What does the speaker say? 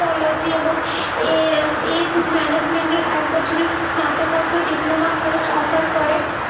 টলজি এবং এজ ম্যানেজমেন্টের এক বছরের স্নাতকোত্তর ডিপ্লোমা কোর্স অফার করে